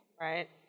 Right